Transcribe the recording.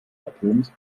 atoms